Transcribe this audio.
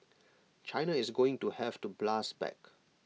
China is going to have to blast back